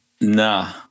Nah